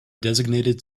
designated